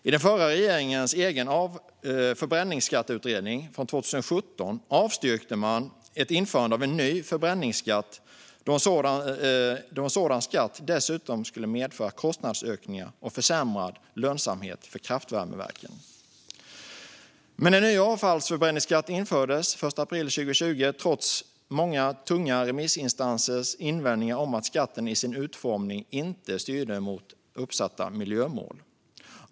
I den förra regeringens egen förbränningsskattutredning från 2017 avstyrkte man ett införande av en ny förbränningsskatt, då en sådan skatt dessutom skulle medföra kostnadsökningar och försämrad lönsamhet för kraftvärmeverken. Men en ny avfallsförbränningsskatt infördes den 1 april 2020, trots många tunga remissinstansers invändningar om att skatten som den var utformad inte styrde mot uppsatta miljömål.